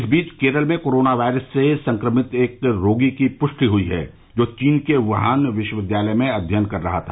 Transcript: इस बीच केरल में कोरोना वायरस से संक्रमित एक रोगी की पुष्टि हुई है जो चीन के वुहान विश्वविद्यालय में अध्ययन कर रहा था